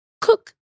Cook